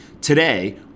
Today